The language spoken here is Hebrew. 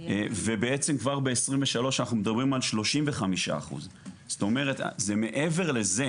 ובעצם כבר ב-23 אנחנו מדברים על 35%. זאת אומרת זה מעבר לזה